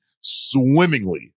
swimmingly